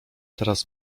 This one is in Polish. teraz